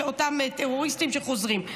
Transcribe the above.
של אותם טרוריסטים שחוזרים,